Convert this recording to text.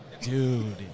Dude